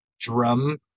Drum